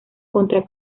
contra